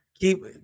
keep